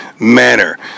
manner